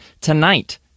tonight